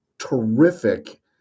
terrific